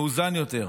מאוזן יותר,